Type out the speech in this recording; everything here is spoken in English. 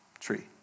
tree